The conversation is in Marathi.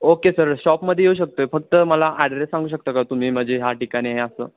ओके सर शॉपमध्ये येऊ शकतो आहे फक्त मला ॲड्रेस सांगू शकता का तुम्ही म्हणजे ह्या ठिकाणी हे असं